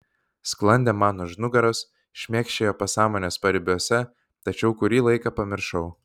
sklandė man už nugaros šmėkščiojo pasąmonės paribiuose tačiau kurį laiką pamiršau